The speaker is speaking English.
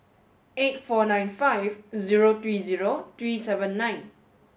eight four nine five zero three zero three seven nine